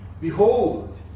Behold